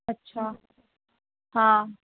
अच्छा हं